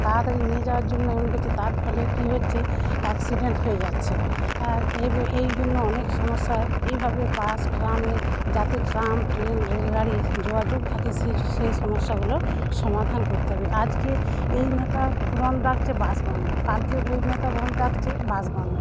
তাড়াতাড়ি নিয়ে যাওয়ার জন্য তার ফলে কী হচ্ছে অ্যাক্সিডেন্ট হয়ে যাচ্ছে এই জন্য অনেক সমস্যা হয় এইভাবে বাস ট্রামে যাতে ট্রাম ট্রেন রেলগাড়ি যোগাযোগ থাকে সেই সেই সমস্যাগুলোর সমাধান করতে হবে আজকে এই নেতা বনধ ডাকছে বাস বন্ধ কাল ওই নেতা বনধ ডাকছে বাস বন্ধ